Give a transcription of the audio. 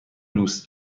دوست